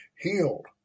healed